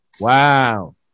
Wow